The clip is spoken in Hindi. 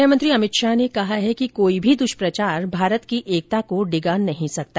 गृह मंत्री अमित शाह ने कहा है कि कोई भी दुष्प्रचार भारत की एकता को डिगा नहीं सकता